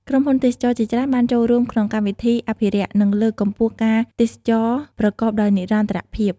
ក្រុមហ៊ុនទេសចរណ៍ជាច្រើនបានចូលរួមក្នុងកម្មវិធីអភិរក្ស និងលើកកម្ពស់ការទេសចរណ៍ប្រកបដោយនិរន្តរភាព។